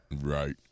right